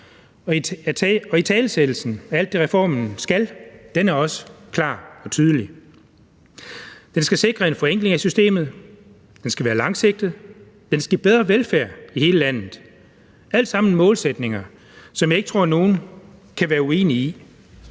Og italesættelsen af alt det, reformen skal, er også klar og tydelig. Den skal sikre en forenkling af systemet, den skal være langsigtet, og den skal give bedre velfærd i hele landet. Alt sammen målsætninger, som jeg ikke tror at nogen kan være uenig i.